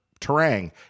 Terang